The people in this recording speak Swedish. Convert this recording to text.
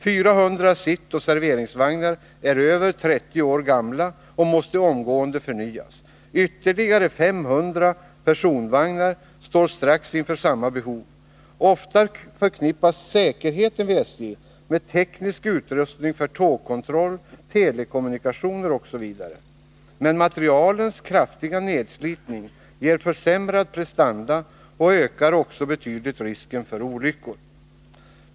400 sittoch serveringsvagnar är över 30 år gamla och måste omgående förnyas. Ytterligare 500 personvagnar står strax inför samma behov. Oftast förknippas säkerheten vid SJ med teknisk utrustning för tågkontroll, telekommunikationer osv. Men materielens kraftiga nedslitning ger försämrade prestanda och ökar också betydligt risken för olyckor.